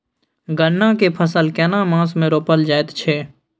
गन्ना के फसल केना मास मे रोपल जायत छै?